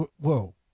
whoa